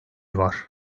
var